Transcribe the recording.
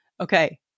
Okay